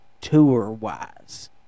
tour-wise